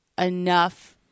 enough